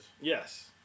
Yes